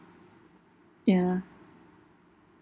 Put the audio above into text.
ya